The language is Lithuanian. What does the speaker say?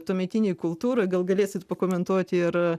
tuometinėj kultūroj gal galėsit pakomentuoti ir